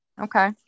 okay